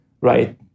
right